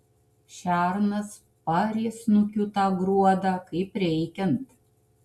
šernas paarė snukiu tą gruodą kaip reikiant